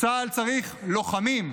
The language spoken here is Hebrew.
צה"ל צריך לוחמים.